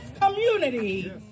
community